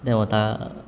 then 我打啊